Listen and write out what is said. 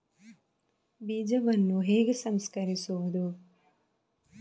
ಬೀಜವನ್ನು ಹೇಗೆ ಸಂಸ್ಕರಿಸುವುದು?